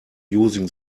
using